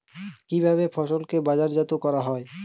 কিভাবে ফসলকে বাজারজাত করা হয়?